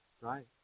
right